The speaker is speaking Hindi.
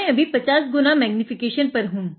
मै अभी 50 गुना मैग्नीफीकेशन पर हूँ